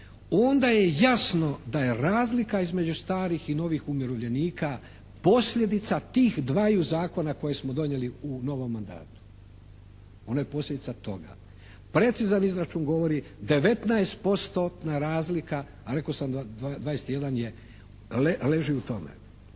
onda je jasno da je razlika između starih i novih umirovljenika posljedica tih dvaju zakona koje smo donijeli u novom mandatu, ono je posljedica toga. Precizan izračun govori 19% razlika a rekao sam 21 leži u tome.